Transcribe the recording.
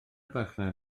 farchnad